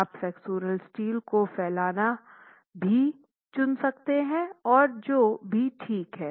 आप flexural steel को फैलाना भी चुन सकते हैं और जो भी ठीक है